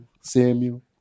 Samuel